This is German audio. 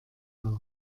darf